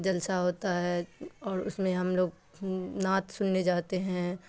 جلسہ ہوتا ہے اور اس میں ہم لوگ نعت سننے جاتے ہیں